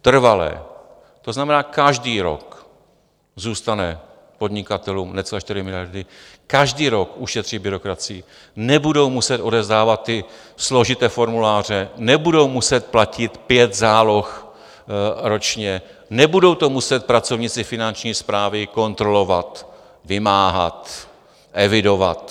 Trvalé, to znamená, každý rok zůstanou podnikatelům necelé 4 miliardy, každý rok ušetří byrokracii, nebudou muset odevzdávat ty složité formuláře, nebudou muset platit pět záloh ročně, nebudou to muset pracovníci finanční správy kontrolovat, vymáhat, evidovat.